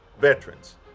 veterans